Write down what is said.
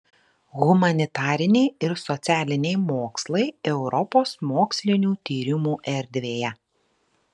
humanitariniai ir socialiniai mokslai europos mokslinių tyrimų erdvėje